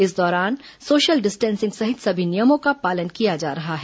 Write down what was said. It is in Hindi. इस दौरान सोशल डिस्टेंसिंग सहित सभी नियमों का पालन किया जा रहा है